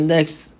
Next